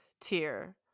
tier